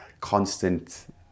constant